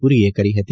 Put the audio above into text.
પુરીએ કરી હતી